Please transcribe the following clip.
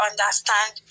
Understand